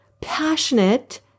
passionate